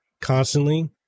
constantly